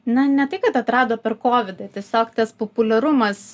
na ne tai kad atrado per kovidą tiesiog tas populiarumas